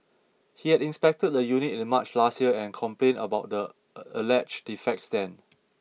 he had inspected the unit in March last year and complained about the alleged defects then